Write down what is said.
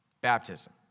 baptism